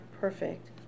perfect